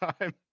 time